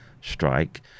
strike